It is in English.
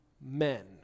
men